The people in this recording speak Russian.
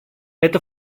это